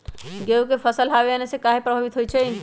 गेंहू के फसल हव आने से काहे पभवित होई छई?